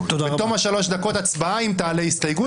בתום השלוש דקות הצבעה אם תעלה הסתייגות.